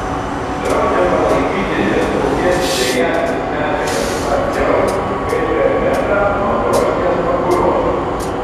draudžiama laikyti bet kokias degiąsias medžiagas arčiau kaip per metrą nuo krosnies pakuros